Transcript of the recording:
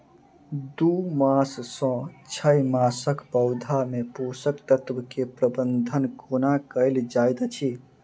दू मास सँ छै मासक पौधा मे पोसक तत्त्व केँ प्रबंधन कोना कएल जाइत अछि?